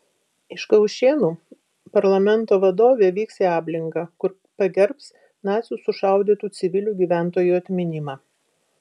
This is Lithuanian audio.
iš kaušėnų parlamento vadovė vyks į ablingą kur pagerbs nacių sušaudytų civilių gyventojų atminimą